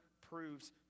proves